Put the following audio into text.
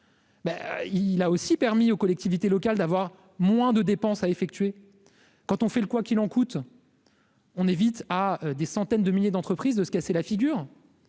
il a aussi permis aux collectivités locales d'avoir moins de dépenses à effectuer quand on fait le quoi qu'il en coûte, on évite à des centaines de milliers d'entreprises de se casser la figure